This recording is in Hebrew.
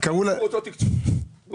אותו תקצוב.